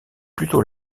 plutôt